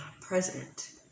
president